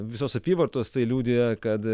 visos apyvartos tai liudija kad